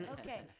Okay